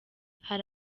hari